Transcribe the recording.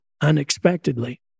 unexpectedly